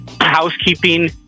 housekeeping